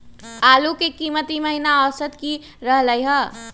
आलू के कीमत ई महिना औसत की रहलई ह?